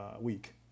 week